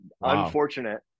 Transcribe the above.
unfortunate